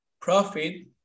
profit